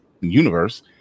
universe